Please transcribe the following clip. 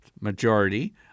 majority